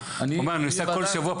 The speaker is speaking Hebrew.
אני נוסע כל שבוע,